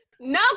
No